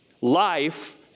life